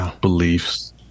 beliefs